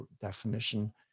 definition